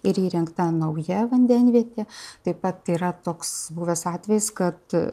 ir įrengta nauja vandenvietė taip pat yra toks buvęs atvejis kad